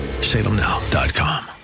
salemnow.com